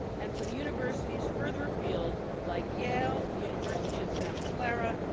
and from universities further afield like yale, the university of santa clara,